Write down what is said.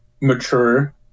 mature